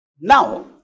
Now